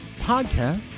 Podcast